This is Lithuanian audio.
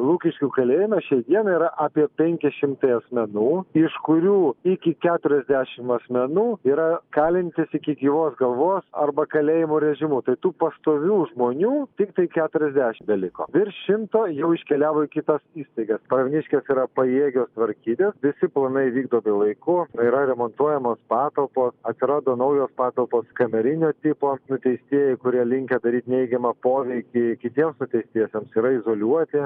lukiškių kalėjime šiai dienai yra apie penki šimtai asmenų iš kurių iki keturiasdešim asmenų yra kalintys iki gyvos galvos arba kalėjimo režimu tai tų pastovių žmonių tiktai keturiasdešim beliko virš šimto jau iškeliavo į kitas įstaigas pravieniškės yra pajėgios tvarkytis visi planai vykdomi laiku yra remontuojamos patalpos atsirado naujos patalpos kamerinio tipo nuteistieji kurie linkę daryt neigiamą poveikį kitiems nuteistiesiems yra izoliuoti